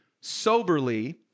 soberly